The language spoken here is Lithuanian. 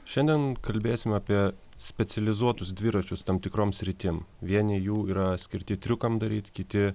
šiandien kalbėsim apie specializuotus dviračius tam tikrom sritim vieni jų yra skirti triukam daryt kiti